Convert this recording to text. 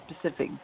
specific